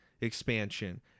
expansion